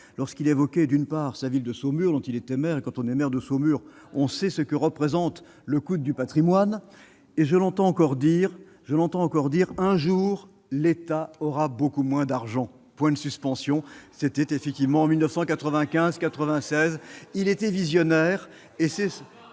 lorsqu'il évoquait : d'une part, sa ville de Saumur, dont il était maire et quand on est maire de Saumur, on sait ce que représente le coût du Patrimoine et je l'entends encore dire je l'entends encore dire un jour, l'État aura beaucoup moins d'argent pour une suspension, c'est effectivement en 1995 96 il était visionnaire